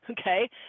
okay